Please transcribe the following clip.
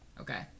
okay